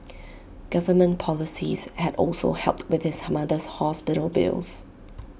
government policies had also helped with his mother's hospital bills